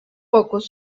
pocos